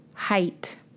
Height